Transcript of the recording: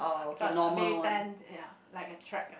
uh got maybe ten ya like a track